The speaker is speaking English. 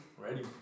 Ready